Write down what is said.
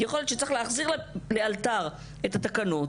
יכול להיות שצריך להחזיר לאלתר את התקנות,